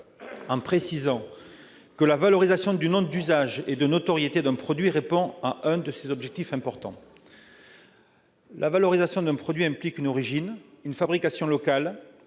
en précisant que la valorisation du nom d'usage et de notoriété d'un produit répond à un de ces objectifs importants. La valorisation d'un produit implique une origine, une fabrication locale,